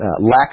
Lack